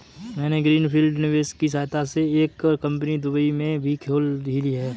मैंने green field निवेश की सहायता से एक कंपनी दुबई में भी खोल ली है